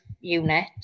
unit